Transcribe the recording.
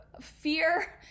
fear